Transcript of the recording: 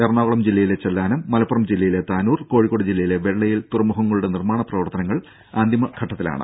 എറണാകുളം ജില്ലയിലെ ചെല്ലാനം മലപ്പുറം ജില്ലയിലെ താനൂർ കോഴിക്കോട് ജില്ലയിലെ വെള്ളയിൽ തുറമുഖങ്ങളുടെ നിർമ്മാണ പ്രവർത്തനങ്ങൾ അന്തിമഘട്ടത്തിലാണ്